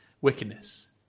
wickedness